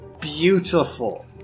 beautiful